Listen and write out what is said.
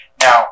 now